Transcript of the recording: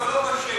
אבל לא בשם.